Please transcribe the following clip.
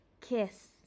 kiss